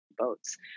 Votes